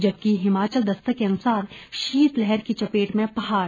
जबकि हिमाचल दस्तक के अनुसार शीतलहर की चपेट में पहाड़